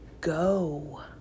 go